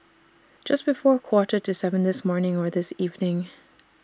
Just before A Quarter to seven This morning Or This evening